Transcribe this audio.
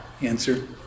answer